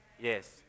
Yes